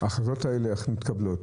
איך מתקבלות